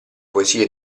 poesie